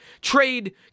Trade